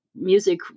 music